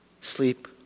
sleep